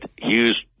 Hughes